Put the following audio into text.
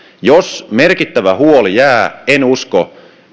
jos merkittävä huoli jää en usko